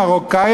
מרוקאי,